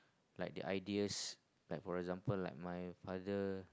like the ideas like for example like my father